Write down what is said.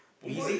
punggol